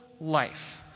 life